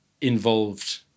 involved